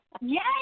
Yes